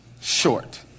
short